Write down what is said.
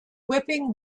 whipping